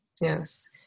Yes